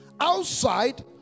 outside